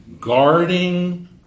guarding